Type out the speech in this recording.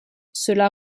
cela